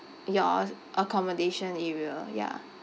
your accommodation area ya